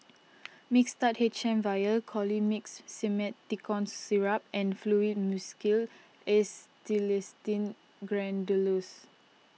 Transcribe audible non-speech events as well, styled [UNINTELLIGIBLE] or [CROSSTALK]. Mixtard H M Vial Colimix Simethicone Syrup and Fluimucil Acetylcysteine [UNINTELLIGIBLE]